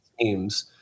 teams